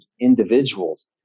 individuals